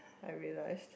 I realise